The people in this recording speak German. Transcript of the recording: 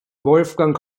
wolfgang